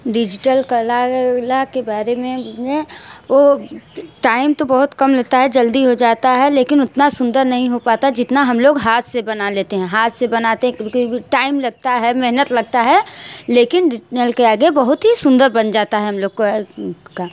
digital कला के बारे में वो टाइम तो बहुत कम लेता है जल्दी हो जाता है लेकिन उतना सुंदर नहीं हो पाता है जितना हम लोग हाथ से बना लेते हैं हाथ से बनाते है क्योंकि टाइम लगता है मेहनत लगता है लेकिन डिजनल के आगे बहुत ही सुंदर बन जाता है हम लोग का का